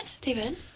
David